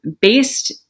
based